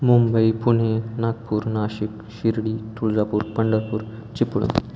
Mumbai Pune Nagpur Nashik Shirdi Tuljapur Pandharpur Chiplun